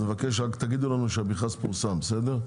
אז אני מבקש תגידו לנו כשהמרכז פורסם בסדר?